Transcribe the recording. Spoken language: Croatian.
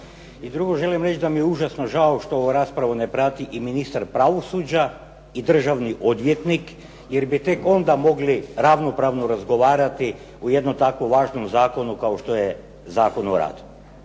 I drugo, želim reći da mi je užasno žao što ovu raspravu ne prati i ministar pravosuđa i državni odvjetnik, jer bi tek onda mogli ravnopravno razgovarati o jednom tako važnom zakonu kao što je Zakon o radu.